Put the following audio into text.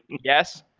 yes.